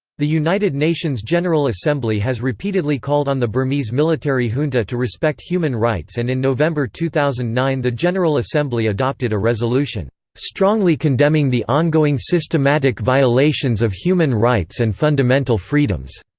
the united nations general assembly has repeatedly called on the burmese military junta to respect human rights and in november two thousand nine the general assembly adopted a resolution strongly condemning the ongoing systematic violations of human rights and fundamental freedoms